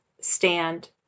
Stand